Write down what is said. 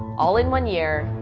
all in one year,